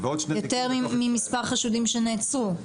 יותר ממספר החשודים שנעצרו.